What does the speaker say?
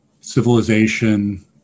civilization